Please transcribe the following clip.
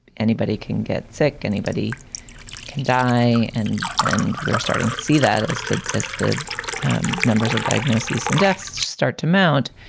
anybody can get sick. anybody can die. and and we're starting to see that as that as the numbers of diagnoses and deaths start to mount.